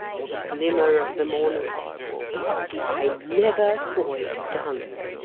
or the glimmer of the morning but, i never saw it done.